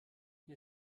wir